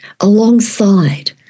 alongside